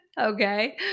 Okay